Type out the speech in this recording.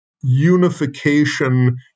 unification